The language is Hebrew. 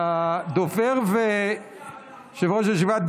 הדובר ויושב-ראש הישיבה,